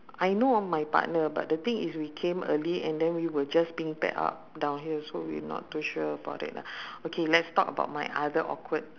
I know of my partner but the thing is we came early and then we were just being paired up down here so we not to sure about that lah okay let's talk about my other awkward